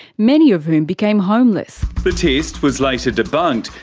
many of whom became homeless. the test was later debunked,